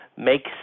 makes –